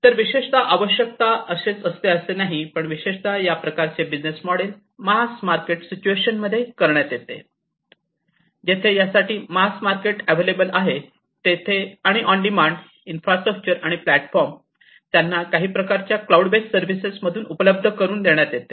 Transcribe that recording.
तर विशेषतः आवश्यक असतेच असे नाही पण विशेषतः या प्रकारचे बिझनेस मोडेल मास मार्केट सिच्युएशनमध्ये करण्यात येते जेथे यासाठी मास मार्केट अवेलेबल आहे तेथे आणि ऑन डिमांड हे इन्फ्रास्ट्रक्चर आणि प्लॅटफॉर्म त्यांना काही प्रकारच्या क्लाऊड बेस्ड सर्विसेस मधून उपलब्ध करून देण्यात येते